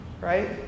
right